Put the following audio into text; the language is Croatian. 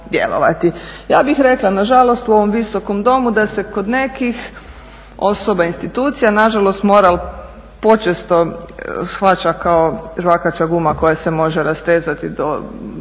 Ja bih rekla nažalost u ovom Visokom domu da se kod nekih osoba i institucija nažalost moral počesto shvaća kao žvakaća guma koja se može rastezati do